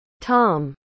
Tom